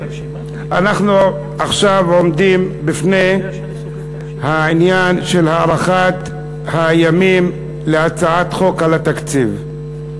אנחנו עכשיו עומדים בפני העניין של הארכת הימים להצעת חוק על התקציב.